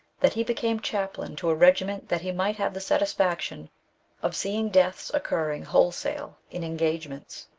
that he became chaplain to a regiment that he might have the satisfaction of seeing deaths occurring wholesale in engagements.